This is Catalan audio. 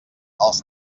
els